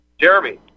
Jeremy